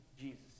Jesus